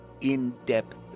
in-depth